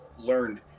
learned